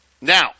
Now